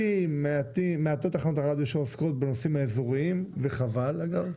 מעטות תחנות הרדיו שעוסקות בנושאים האזוריים וחבל אגב,